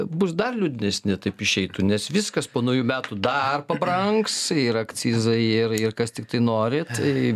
bus dar liūdnesni taip išeitų nes viskas po naujų metų dar pabrangs ir akcizai ir ir kas tiktai nori tai